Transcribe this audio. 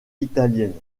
italiennes